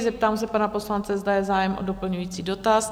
Zeptám se pana poslance, zda je zájem o doplňující dotaz?